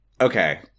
Okay